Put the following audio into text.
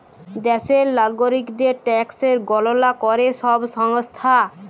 দ্যাশের লাগরিকদের ট্যাকসের গললা ক্যরে ছব সংস্থা